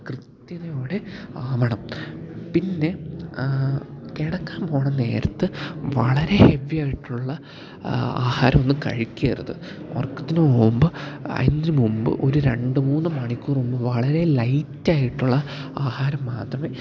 കൃത്യതയോടെ ആവണം പിന്നെ കിടക്കാന് പോകുന്ന നേരത്ത് വളരെ ഹെവി ആയിട്ടുള്ള ആഹാരം ഒന്നും കഴിക്കരുത് ഉറക്കത്തിന് മുമ്പ് അതിന് മുമ്പ് ഒരു രണ്ട് മൂന്ന് മണിക്കൂർ മുമ്പ് വളരെ ലൈറ്റ് ആയിട്ടുള്ള ആഹാരം മാത്രമേ